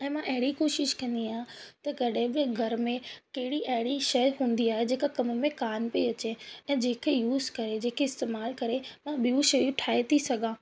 ऐं मां अहिड़ी कोशिश कंदी आहियां त कॾहिं बि घर में कहिड़ी अहिड़ी शइ हूंदी आहे जेका कम में काण पई अचे ऐं जंहिंखे यूज़ करे जंहिंखे इस्तेमाल करे मां ॿियूं शयूं ठाहे थी सघां